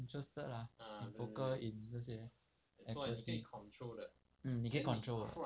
interested lah in poker in 这些 equity mm 你可以 control 的